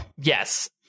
yes